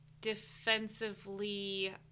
defensively